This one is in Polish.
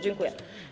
Dziękuję.